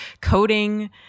Coding